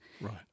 Right